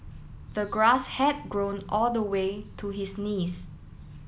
the grass had grown all the way to his knees